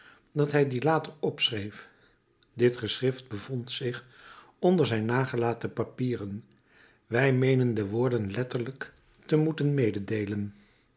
dat hij dien later opschreef dit geschrift bevond zich onder zijn nagelaten papieren wij meenen de woorden letterlijk te moeten mededeelen